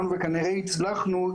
וגם מספרית שזה יקרה